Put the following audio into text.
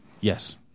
Yes